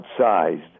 outsized